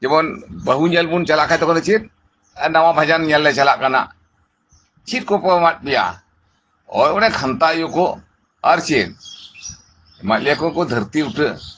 ᱡᱮᱠᱷᱚᱱ ᱵᱟᱹᱦᱩ ᱧᱮᱞᱵᱚᱱ ᱪᱟᱞᱟᱜ ᱠᱷᱟᱱ ᱛᱚᱠᱷᱚᱱ ᱫᱚ ᱪᱮᱫ ᱱᱟᱶᱟ ᱵᱷᱟᱡᱟᱱ ᱧᱮᱞᱞᱮ ᱪᱟᱞᱟᱜ ᱠᱟᱱᱟ ᱪᱮᱫ ᱠᱚᱠᱚ ᱮᱢᱟᱫ ᱯᱮᱭᱟ ᱳ ᱚᱱᱮ ᱠᱷᱟᱱᱛᱷᱟ ᱩᱭᱳᱠᱚ ᱟᱨ ᱪᱮᱫ ᱮᱢᱟᱜ ᱞᱮᱭᱟᱠᱚ ᱩᱱᱠᱩ ᱫᱷᱟᱹᱨᱛᱤ ᱩᱴᱟᱹ